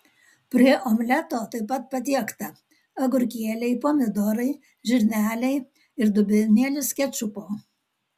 prie omleto taip pat patiekta agurkėliai pomidorai žirneliai ir dubenėlis kečupo